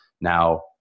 Now